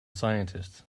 scientists